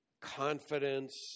confidence